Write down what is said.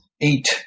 eight